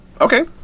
Okay